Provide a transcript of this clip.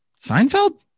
Seinfeld